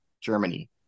Germany